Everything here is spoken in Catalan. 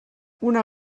una